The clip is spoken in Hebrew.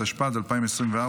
התשפ"ד 2024,